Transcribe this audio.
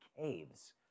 caves